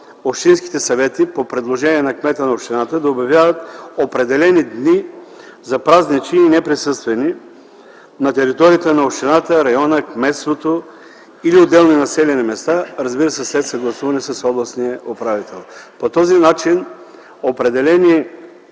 общинските съвети по предложение на кмета на общината да обявяват определени дни за празнични и неприсъствени на територията на общината, района, кметството или отделни населени места, след съгласуване с областния управител. По този начин определени